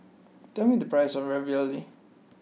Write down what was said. tell me the price of Ravioli